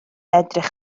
edrych